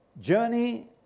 journey